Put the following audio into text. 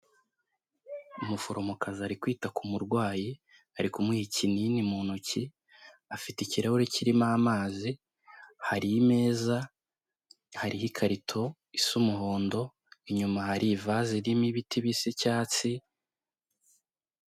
Umuforomokazi ari kwita ku murwayi, ari kumuha ikinini mu ntoki, afite ikirahuri kirimo amazi, hari imeza, hariho ikarito isa umuhondo, inyuma hari ivase irimo ibiti bisa icyatsi.